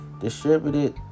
distributed